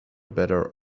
better